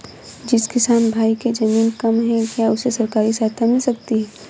जिस किसान भाई के ज़मीन कम है क्या उसे सरकारी सहायता मिल सकती है?